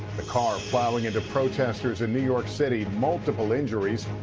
the car plowing into protesters in new york city. multiple injuries.